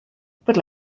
but